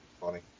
Funny